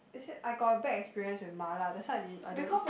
is it I got a bad experience with mala that's why I didn't I don't eat